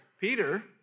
Peter